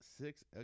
six